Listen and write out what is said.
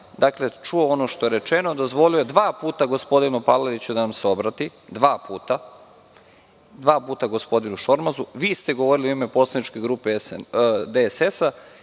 čuo ono što je rečeno, dozvolio dva puta gospodinu Palaliću da nam se obrati, dva puta gospodinu Šormazu, vi ste govorili u ime poslaničke grupe DSS